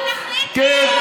כן,